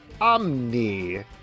Omni